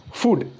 food